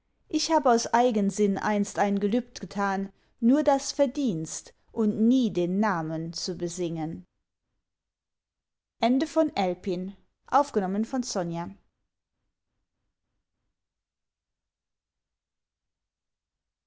ich hab aus eigensinn einst ein gelübd getan nur das verdienst und nie den namen zu besingen